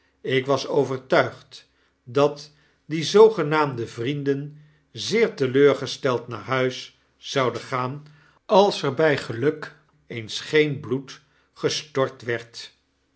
ik was overtuigd dat die zoogenaamde vrienden zeer teleurgesteld naar huis zouden gaan als er bij geluk eens geen bloed gestort werd